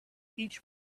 each